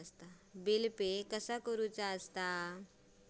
Bill pay कसा करुचा?